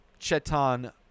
Chetan